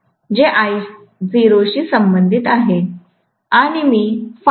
जे I0 शी संबंधित आहे